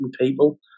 people